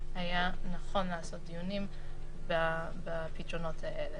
נכון לעשות דיונים בפתרונות האלה.